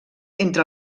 entre